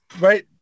Right